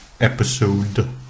Episode